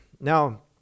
now